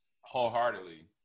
wholeheartedly